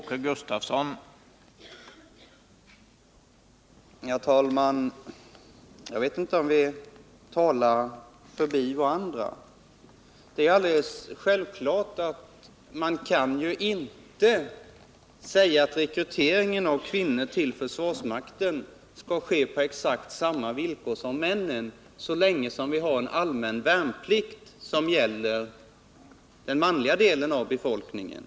Herr talman! Jag vet inte om vi talar förbi varandra. Självklart kan man inte säga att rekryteringen av kvinnor till försvarsmakten skall ske på exakt samma villkor som för männen, så länge vi har en allmän värnplikt som gäller den manliga delen av befolkningen.